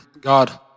God